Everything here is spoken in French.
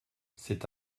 c’est